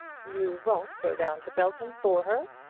you won't go down to belton for her?